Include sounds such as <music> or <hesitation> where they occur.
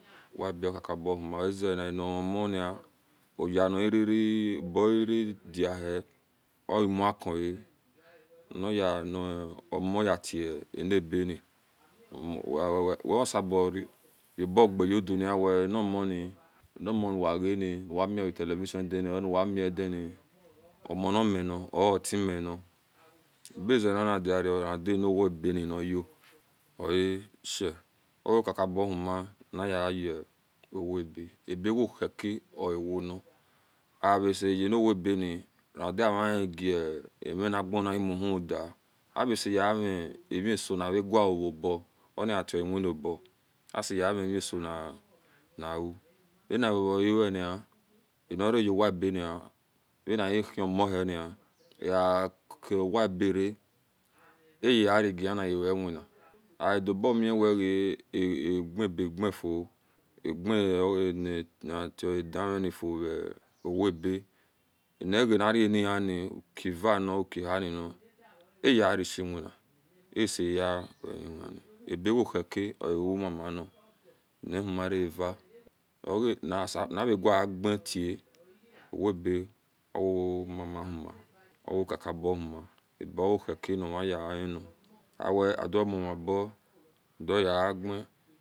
Vwagekakaobo ahuma oaze anavaomeni oyanirerea <hesitation> abohidi haomukea <hesitation> nao moyetirbeni <hesitation> wesaborobo geuduna weanomoni uwavani <hesitation> uwamive talavition edina or owa miedani omonimeni or otameni bezenonadiro nawhodano wa yebeni nayo oashe ookakaba uhoma nayowowebe aba wohika owoni avasayenowaebeni ra uda ama even vengana imuhudia avea saya mimi sonave uauhorobo oniata ewemobo aseami vesoniu vanavoewe ni an rau waebeni ranaehiomohieni <hesitation> eakuwaebera earagena wewina adobomiwega egabagenfuo <hesitation> anituadun nifuo vowuebe enivanaraniyeni uke eva ni uke ihe ni ayiarashwina eseyiwewina <hesitation> ebewohuka oawomamano nauhoma reava oanasabo nvoagen tia owiebe owomama wohuma owaki ka obohuma ebehuwoheka omahiyanina awe adiomumaobo deuhyivn